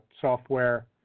software